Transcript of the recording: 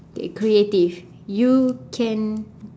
okay creative you can